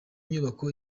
nyubako